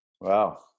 Wow